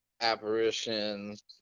apparitions